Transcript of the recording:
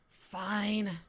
Fine